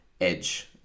edge